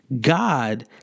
God